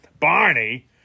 Barney